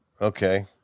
Okay